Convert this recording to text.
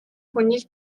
хүнийг